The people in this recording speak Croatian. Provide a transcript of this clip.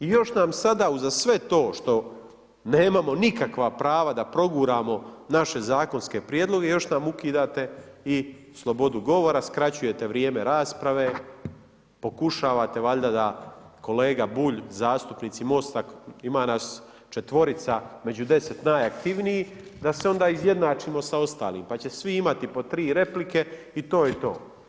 I još nam sada uza sve to što nemamo nikakva prava da proguramo naše zakonske prijedloge, još nam ukidate i slobodu govora, skraćujete vrijeme rasprave, pokušavate valjda da kolega Bulj, zastupnici Mosta ima nas četvorica među deset najaktivnijih da se onda izjednačimo sa ostalima pa će svi imati po tri replike i to je to.